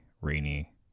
rainy